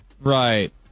Right